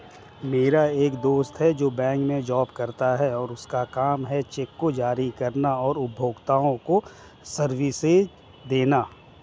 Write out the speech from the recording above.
मेरा एक दोस्त है जो बैंक में जॉब करता है और उसका काम है चेक को जारी करना और उपभोक्ताओं को सर्विसेज देना